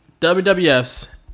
WWF's